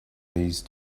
these